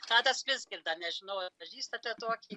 tadas vizgirda nežinau ar pažįstate tokį